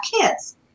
kids